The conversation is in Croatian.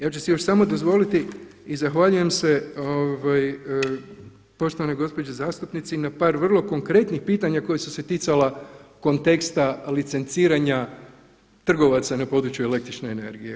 Ja ću si još samo dozvoliti i zahvaljujem se poštovanoj gospođi zastupnici na par vrlo konkretnih pitanja koje su se ticala konteksta licenciranja trgovaca na području električne energije.